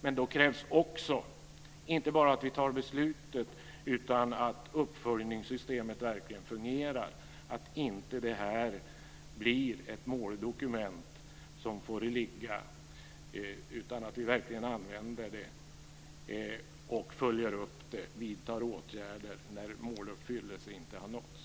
Men då krävs inte bara att vi fattar beslutet utan också att uppföljningssystemet verkligen fungerar, så att inte det här blir ett måldokument som får ligga. Det är viktigt att vi verkligen använder det, följer upp det och vidtar åtgärder där målen inte har nåtts.